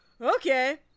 okay